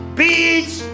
beach